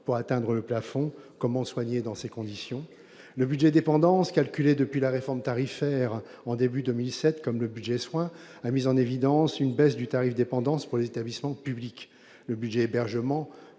pour atteindre le plafond. Comment soigner dans ces conditions ? Le budget « dépendance », qui est calculé, depuis la réforme tarifaire mise en oeuvre au début de 2017, comme le budget « soins », a mis en évidence une baisse du tarif « dépendance » pour les établissements publics. Le budget « hébergement